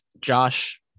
Josh